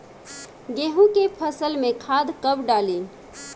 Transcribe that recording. गेहूं के फसल में खाद कब डाली?